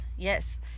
Yes